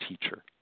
teacher